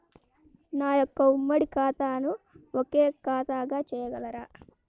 నా యొక్క ఉమ్మడి ఖాతాను ఒకే ఖాతాగా చేయగలరా?